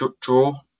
draw